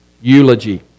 eulogy